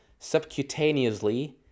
subcutaneously